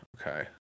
Okay